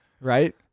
right